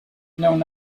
known